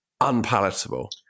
unpalatable